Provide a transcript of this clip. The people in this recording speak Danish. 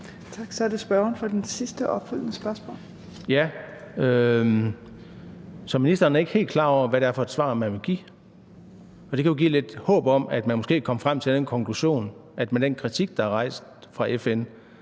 Tak. Så er det spørgeren for det sidste opfølgende spørgsmål. Kl. 14:33 Søren Egge Rasmussen (EL): Så ministeren er ikke helt klar over, hvad det er for et svar, man vil give. Det kan jo give lidt håb om, at man måske kommer frem til den konklusion, at med den kritik, der er rejst fra FN's